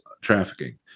trafficking